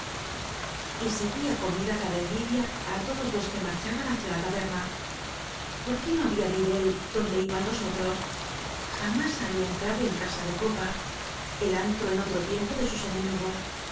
táculo y seguía con mirada de envidia á o todos los que marchaban hacia la taberna por qué no había de ir él donde iban los otros jamás ha bía entrado en casa de copa el antro en otro tiempo de sus enemigos